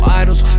idols